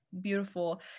Beautiful